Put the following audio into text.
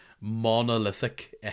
monolithic